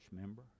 member